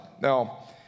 Now